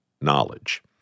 knowledge